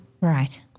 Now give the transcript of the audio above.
Right